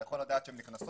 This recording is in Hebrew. אתה יכול לדעת מי נכנס,